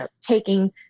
taking